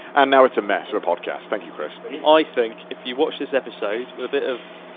and now it's a mess of a podcast. thank you, chris. i think if you watch this episode with a bit of,